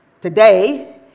Today